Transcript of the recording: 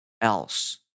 else